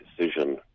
decision